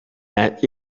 that